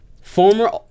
Former